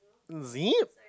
zip